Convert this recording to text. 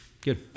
good